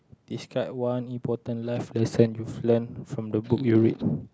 describe one important life lesson you've learnt from the book you read